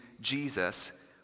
Jesus